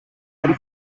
nari